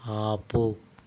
ఆపు